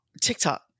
TikTok